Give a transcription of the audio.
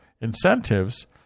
incentives